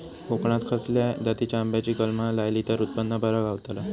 कोकणात खसल्या जातीच्या आंब्याची कलमा लायली तर उत्पन बरा गावताला?